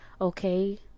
Okay